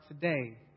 today